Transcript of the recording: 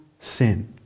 sin